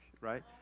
right